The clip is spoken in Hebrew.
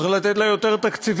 צריך לתת לה יותר תקציבים.